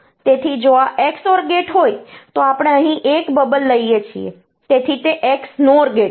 તેથી જો આ XOR ગેટ હોય તો આપણે અહીં એક બબલ લઈએ છીએ તેથી તે XNOR ગેટ છે